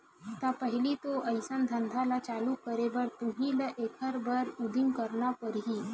त पहिली तो अइसन धंधा ल चालू करे बर तुही ल एखर बर उदिम करना परही